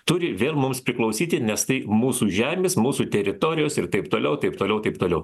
turi vėl mums priklausyti nes tai mūsų žemės mūsų teritorijos ir taip toliau taip toliau taip toliau